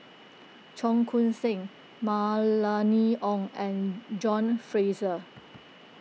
Cheong Koon Seng Mylene Ong and John Fraser